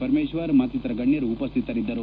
ಪರಮೇಶ್ವರ್ ಮತ್ತಿತರ ಗಣ್ಯರು ಉಪಸ್ಥಿತರಿದ್ದರು